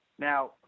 Now